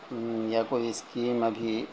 یا کوئی اسکیم ابھی